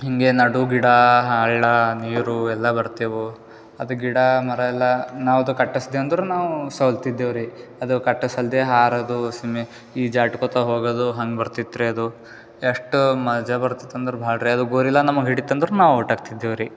ಹಿಂಗೆ ನಡು ಗಿಡ ಹಳ್ಳ ನೀರು ಎಲ್ಲ ಬರ್ತೇವು ಅದು ಗಿಡ ಮರ ಎಲ್ಲ ನಾವು ಅದು ಕಟ್ಟಸ್ದೆ ಅಂದ್ರೆ ನಾವು ಸೋಲ್ತಿದ್ದೇವು ರೀ ಅದು ಕಟ್ಟಸಲ್ದೆ ಹಾರೋದು ಸುಮ್ನೆ ಈಜಾಡ್ಕೊಳ್ತ ಹೋಗೋದು ಹಂಗೆ ಬರ್ತಿತ್ತು ರೀ ಅದು ಎಷ್ಟು ಮಜಾ ಬರ್ತಿತ್ತು ಅಂದ್ರೆ ಭಾಳ ರೀ ಅದು ಗೊರಿಲ್ಲ ನಮ್ಗೆ ಹಿಡಿತು ಅಂದ್ರೆ ನಾವು ಔಟಾಗ್ತಿದ್ದೆವು ರೀ